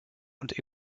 und